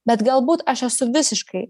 bet galbūt aš esu visiškai